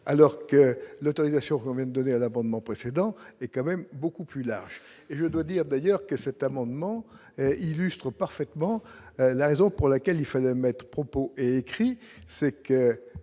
alors que l'autorisation quand même donné à l'abonnement précédent est quand même beaucoup plus large et je dois dire d'ailleurs que cet amendement illustre parfaitement la raison pour laquelle il faut propos écrits, c'est qu'il